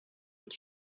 est